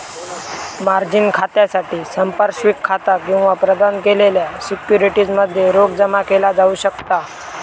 margin खात्यासाठी संपार्श्विक खाता किंवा प्रदान केलेल्या सिक्युरिटीज मध्ये रोख जमा केला जाऊ शकता